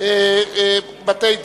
חינוך ממלכתי (תיקון,